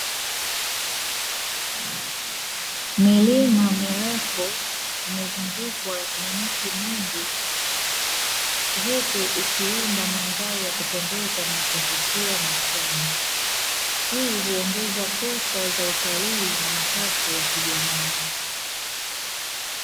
Milima mirefu imezunguukwa na miti mingi huku ikiunda mandhari yakupendeza na ya kuvutia machoni, hii huongeza fursa za utalii na mapato ya kijamii.